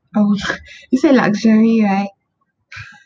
I would you said luxury right